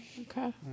Okay